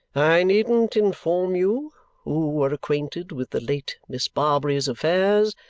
i needn't inform you who were acquainted with the late miss barbary's affairs,